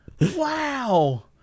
Wow